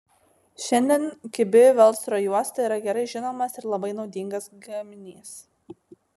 šiandien kibi velcro juosta yra gerai žinomas ir labai naudingas gaminys